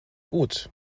gut